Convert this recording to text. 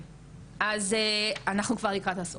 אוקיי, אז אנחנו כבר לקראת הסוף.